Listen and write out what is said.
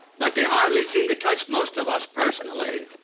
but they hardly seem to touch most of us personally.